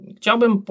Chciałbym